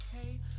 okay